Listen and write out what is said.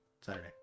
Saturday